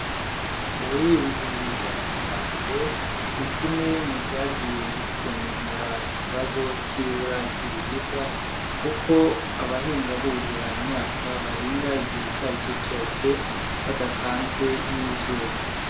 Ubuhinzi bwa kijyambere ni kimwe mu byagiye bikemura ikibazo cy'ibura ry'ibiribwa kuko abahinga buhira imyaka bahinga igihe icyo ari cyo cyose, badakanzwe n'izuba.